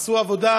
עשו עבודה,